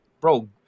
bro